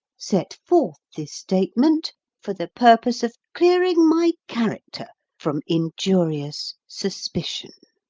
set forth this statement for the purpose of clearing my character from injurious suspicion.